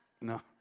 No